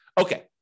Okay